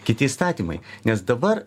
kiti įstatymai nes dabar